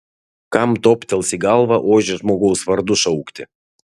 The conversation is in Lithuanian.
kam toptels į galvą ožį žmogaus vardu šaukti